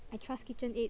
I trust KitchenAid